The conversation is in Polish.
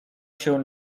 się